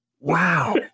Wow